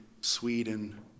Sweden